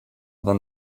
than